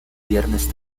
viernes